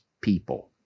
people